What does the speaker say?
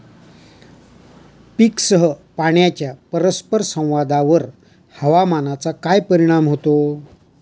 पीकसह पाण्याच्या परस्पर संवादावर हवामानाचा काय परिणाम होतो?